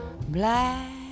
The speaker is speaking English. Black